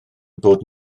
bod